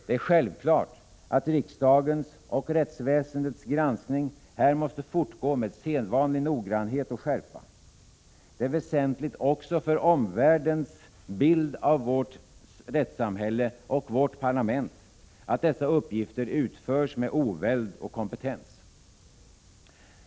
Det är självklart att riksdagens och rättsväsendets granskning här måste fortgå med sedvanlig noggrannhet och skärpa. Det är väsentligt också för omvärldens bild av vårt rättssamhälle och vårt parlament att dessa uppgifter utförs med oväld och kompetens.